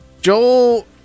Joel